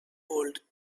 old